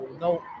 no